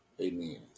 Amen